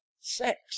sex